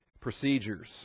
procedures